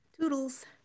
Toodles